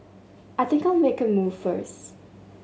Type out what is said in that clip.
I think I'll make a move first